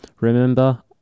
Remember